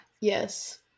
Yes